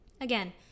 Again